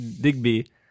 Digby